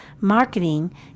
marketing